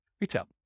retail